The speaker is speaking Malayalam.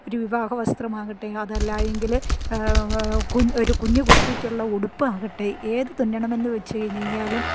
ഒരു വിവാഹ വസ്ത്രമാകട്ടെ അതല്ലായെങ്കില് കു ഒരു കുഞ്ഞ് കുട്ടിക്കുള്ള ഉടുപ്പാകട്ടെ ഏത് തുന്നണമെന്ന് വെച്ച് കഴിഞ്ഞ് കഴിഞ്ഞാലും